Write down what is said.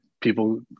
people